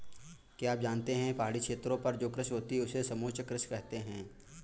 क्या आप जानते है पहाड़ी क्षेत्रों पर जो कृषि होती है उसे समोच्च कृषि कहते है?